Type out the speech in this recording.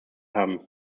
haben